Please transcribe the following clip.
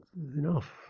enough